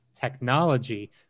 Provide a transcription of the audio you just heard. Technology